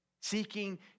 seeking